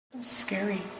scary